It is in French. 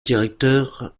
directeur